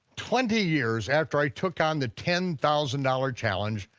twenty years after i took on the ten thousand dollars challenge,